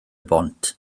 bont